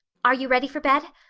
are you ready for bed?